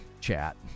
chat